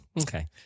okay